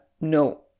No